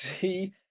see